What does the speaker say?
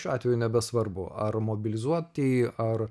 šiuo atveju nebesvarbu ar mobilizuoti ar